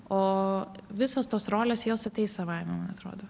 o visos tos rolės jos ateis savaime man atrodo